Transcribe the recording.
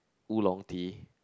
oolong tea